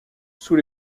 sous